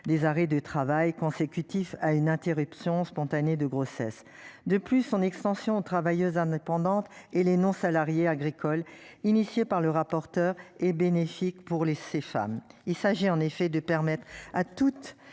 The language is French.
Des arrêts de travail consécutifs à une interruption spontanée de grossesse de plus son extension aux travailleuses indépendantes et les non-salariés agricoles initiée par le rapporteur et bénéfique pour les, ces femmes, il s'agit en effet de permettre à toute